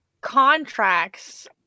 contracts